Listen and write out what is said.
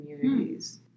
communities